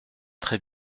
très